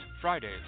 Fridays